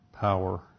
power